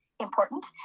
important